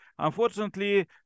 Unfortunately